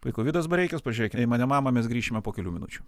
puiku vidas bareikis pažiūrėk į mane mama mes grįšime po kelių minučių